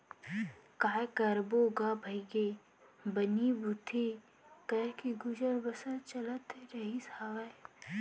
काय करबो गा भइगे बनी भूथी करके गुजर बसर चलत रहिस हावय